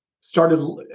started